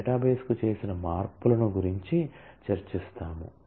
డేటాబేస్కు చేసిన మార్పులను గురించి చర్చిస్తాము